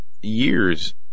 years